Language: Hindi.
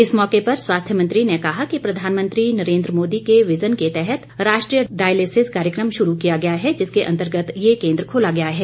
इस मौके पर स्वास्थ्य मंत्री ने कहा कि प्रधानमंत्री नरेन्द्र मोदी के विजन के तहत राष्ट्रीय डायलिसिस कार्यकम शुरू किया गया है जिसके अंतर्गत ये केंद्र खोला गया है